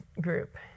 group